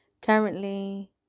currently